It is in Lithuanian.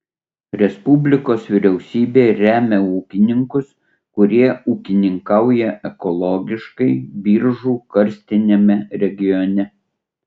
respublikos vyriausybė remia ūkininkus kurie ūkininkauja ekologiškai biržų karstiniame regione